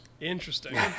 Interesting